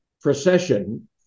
procession